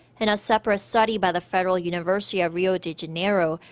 in a separate study by the federal university of rio de janeiro,